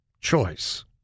choice